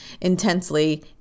intensely